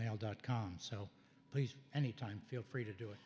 mail dot com so please anytime feel free to do it